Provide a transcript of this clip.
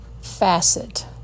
facet